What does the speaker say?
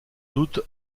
doute